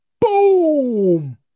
boom